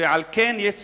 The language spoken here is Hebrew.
ועל כן יש צורך,